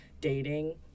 dating